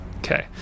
Okay